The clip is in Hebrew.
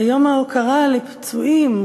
ויום ההוקרה לפצועים,